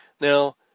now